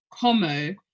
Como